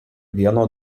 vieno